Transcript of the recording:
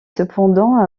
cependant